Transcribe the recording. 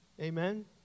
Amen